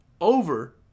over